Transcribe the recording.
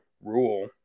rule